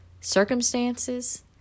circumstances